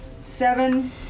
seven